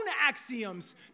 axioms